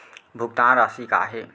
भुगतान राशि का हे?